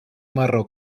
marró